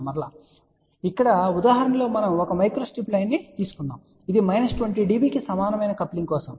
కాబట్టి ఇక్కడ ఉదాహరణ లో మనము ఒక మైక్రో స్ట్రిప్ లైన్ ను తీసుకున్నాం ఇది మైనస్ 20 dB కి సమానమైన కప్లింగ్ కోసం